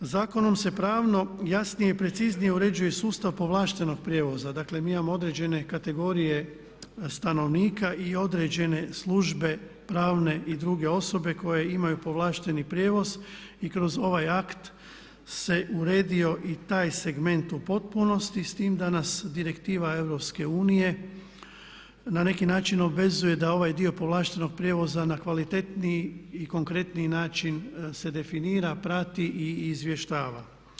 Zakonom se pravno jasnije i preciznije uređuje sustav povlaštenog prijevoza, dakle mi imamo određene kategorije stanovnika i određene službe pravne i druge osobe koje imaju povlašteni prijevoz i kroz ovaj akt se uredio i taj segment u potpunosti s time da nas direktiva EU na neki način obvezuje da ovaj dio povlaštenog prijevoza na kvalitetniji i konkretniji način se definira, prati i izvještava.